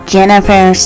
Jennifer